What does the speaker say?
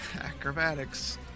Acrobatics